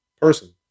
person